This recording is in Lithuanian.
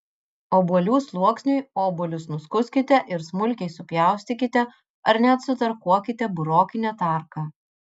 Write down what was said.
obuolių sluoksniui obuolius nuskuskite ir smulkiai supjaustykite ar net sutarkuokite burokine tarka